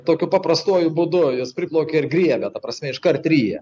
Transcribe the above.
tokiu paprastuoju būdu jis priplaukia ir griebia ta prasme iškart ryja